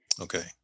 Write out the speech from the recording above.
Okay